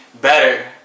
better